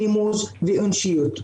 נימוס ואנושיות.